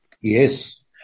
Yes